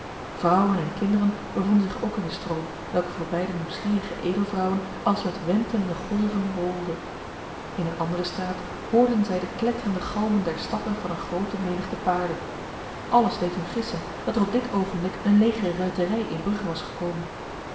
vrouwen en kinderen bevonden zich ook in de stroom welke voorbij de nieuwsgierige edelvrouwen als met wentelende golven rolde in een andere straat hoorden zij de kletterende galmen der stappen van een grote menigte paarden alles deed hun gissen dat er op dit ogenblik een leger ruiterij in brugge was gekomen